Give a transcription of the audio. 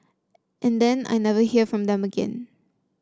and then I never hear from them again